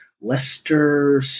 Lester